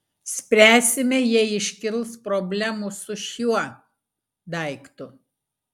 spręsime jei iškils problemų su šiuo daiktu